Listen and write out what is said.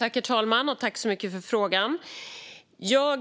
Herr talman! Jag tackar så mycket för frågan. Jag